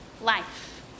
life